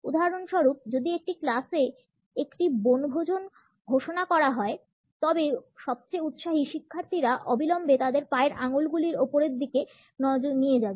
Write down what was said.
উদাহরণস্বরূপ যদি একটি ক্লাসে একটি বনভোজন ঘোষণা করা হয় তবে সবচেয়ে উৎসাহী শিক্ষার্থীরা অবিলম্বে তাদের পায়ের আঙ্গুলগুলি উপরের দিকে নিয়ে যাবে